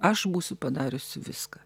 aš būsiu padariusi viską